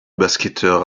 basketteur